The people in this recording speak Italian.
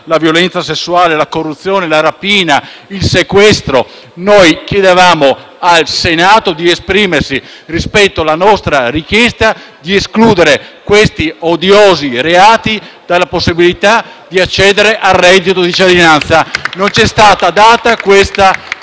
la violenza sessuale, la corruzione, la rapina, il sequestro. Noi chiedevamo al Senato di esprimersi rispetto alla nostra richiesta di escludere questi odiosi reati dalla possibilità di accedere al reddito di cittadinanza *(Applausi dal Gruppo